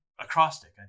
acrostic